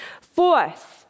Fourth